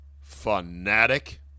fanatic